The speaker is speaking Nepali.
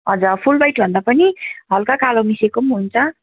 हजुर फुल वाइट भन्दा पनि हल्का कालो मिसेको पनि हुन्छ